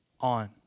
on